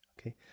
Okay